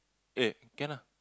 eh can lah